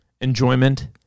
enjoyment